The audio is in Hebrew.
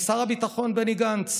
עם שר הביטחון בני גנץ,